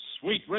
Sweet